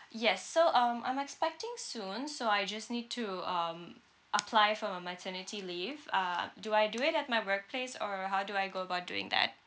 yes so um I'm expecting soon so I just need to um apply for my maternity leave uh do I do it at my workplace or how do I go about doing that